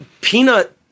peanut